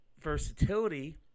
versatility